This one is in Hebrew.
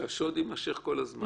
שהשוד יימשך כל הזמן?